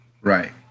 right